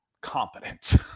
competent